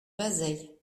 bazeilles